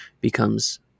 becomes